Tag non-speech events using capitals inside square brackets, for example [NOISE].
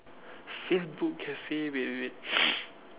facebook cafe wait wait wait [NOISE]